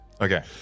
Okay